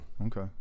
Okay